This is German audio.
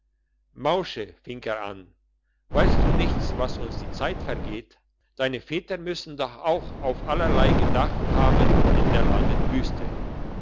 fing er an weisst du nichts dass uns die zeit vergeht deine väter müssen doch auch auf allerlei gedacht haben in der langen wüste